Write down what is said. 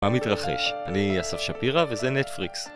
מה מתרחש? אני אסף שפירא וזה נטפריקס